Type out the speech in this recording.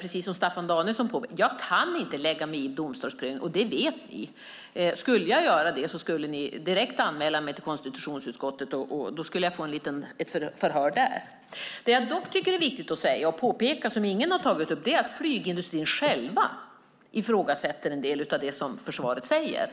Precis som Staffan Danielsson påpekade kan jag inte lägga mig i en domstolsprövning. Det vet ni. Om jag gjorde det skulle ni direkt anmäla mig till konstitutionsutskottet, och jag skulle bli förhörd där. En viktig sak som ingen har tagit upp är att flygindustrin själv ifrågasätter en del av det försvaret säger.